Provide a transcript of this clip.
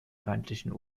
feindlichen